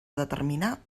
determinar